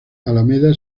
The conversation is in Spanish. alameda